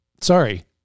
Sorry